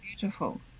beautiful